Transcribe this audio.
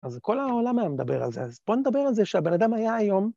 ‫אז כל העולם היה מדבר על זה, ‫אז בוא נדבר על זה שהבן אדם היה היום.